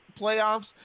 playoffs